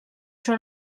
tro